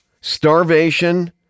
starvation